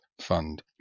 fund